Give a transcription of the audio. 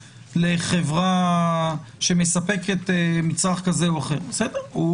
לחברה שמספקת מצרך כזה או אחר בסדר,